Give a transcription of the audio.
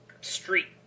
street